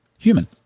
human